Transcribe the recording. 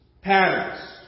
patterns